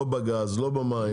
לא במים,